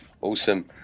Awesome